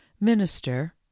minister